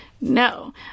no